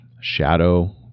shadow